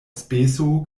speso